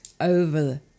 over